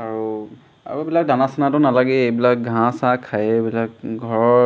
আৰু আৰু এইবিলাক দানা চানাটো নালাগেই এইবিলাক ঘাঁহ চাহ খায়েই এইবিলাক ঘৰৰ